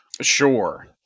Sure